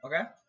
Okay